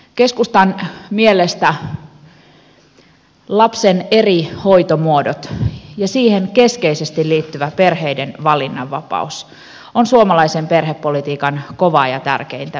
keskustan mielestä lapsen eri hoitomuodot ja siihen keskeisesti liittyvä perheiden valinnanvapaus on suomalaisen perhepolitiikan kovaa ja tärkeintä ydintä